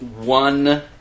one